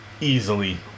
easily